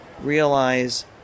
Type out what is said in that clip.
realize